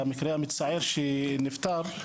המקרה המצער שנפטר,